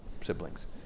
siblings